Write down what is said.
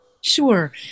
Sure